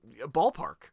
ballpark